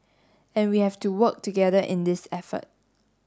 and we have to work together in this effort